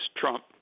Trump